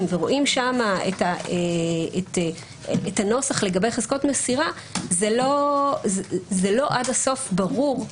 ורואים שם את הנוסח לגבי חזקות מסירה זה לא עד הסוף ברור,